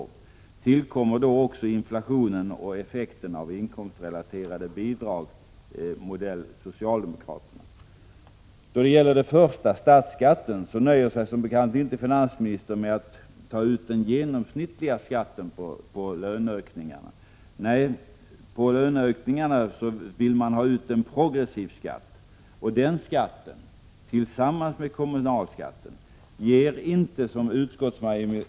Sedan tillkommer också inflationen och effekten av inkomstrelaterade bidrag av socialdemokratisk modell. Då det gäller det första — statsskatten — nöjer sig som bekant inte finansministern med att ta ut den genomsnittliga skatten på löneökningarna. Nej, man vill ha ut en progressiv skatt på löneökningarna. Och den skatten — tillsammans med kommunalskatten — ger inte, som utskottsmajoriteten vill få Prot.